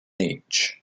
each